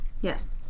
Yes